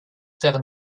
terre